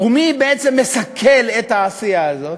ומי בעצם מסכל את העשייה הזאת?